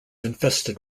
infested